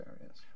areas